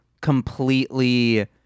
completely